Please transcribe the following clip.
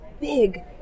big